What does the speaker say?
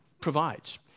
provides